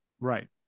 Right